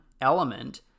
element